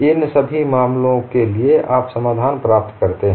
इन सभी मामलों के लिए आप समाधान प्राप्त करते हैं